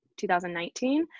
2019